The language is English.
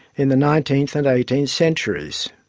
in the nineteenth and eighteenth centuries.